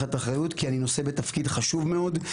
לקחת אחריות כי אני נושא בתפקיד חשוב מאוד.